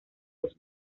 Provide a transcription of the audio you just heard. los